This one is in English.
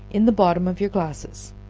in the bottom of your glasses,